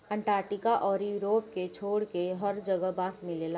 Antarctica अउरी Europe के छोड़के हर जगह बांस मिलेला